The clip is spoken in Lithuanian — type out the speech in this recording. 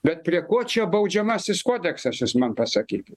bet prie ko čia baudžiamasis kodeksas jūs man pasakykit